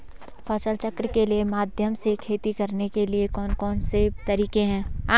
फसल चक्र के माध्यम से खेती करने के लिए कौन कौन से तरीके हैं?